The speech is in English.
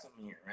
right